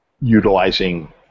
utilizing